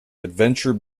adventure